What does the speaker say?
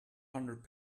hundred